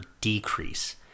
decrease